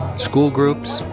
school groups,